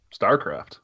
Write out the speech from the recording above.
StarCraft